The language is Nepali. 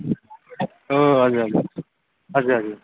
हो हो हजुर हजुर हजुर हजुर